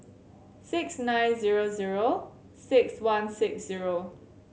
six nine zero zero six one six zero